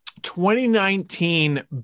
2019